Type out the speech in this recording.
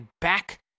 back